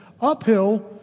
uphill